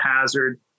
hazard